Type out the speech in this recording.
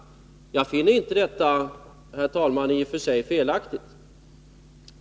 Jag finner inte detta i och för sig felaktigt.